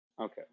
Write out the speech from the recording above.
Okay